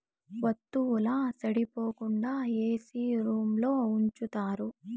వత్తువుల సెడిపోకుండా ఏసీ రూంలో ఉంచుతారు